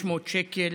500 שקל